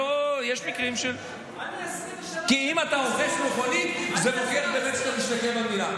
אם אתה רוכש מכונית, זה מוכיח שאתה משתקע במדינה.